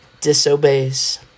disobeys